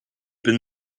been